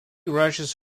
rushes